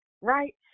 Right